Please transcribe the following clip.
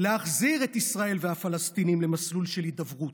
להחזיר את ישראל והפלסטינים למסלול של הידברות.